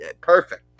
perfect